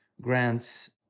grants